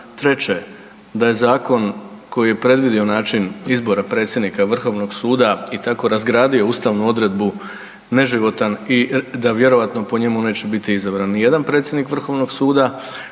Treće, da je zakon koji je predvidio način izbora predsjednika Vrhovnog suda i tako razgradio ustavnu odredbu neživotan i da vjerojatno po njemu neće biti izabran ni jedan predsjednik Vrhovnog suda.